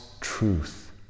truth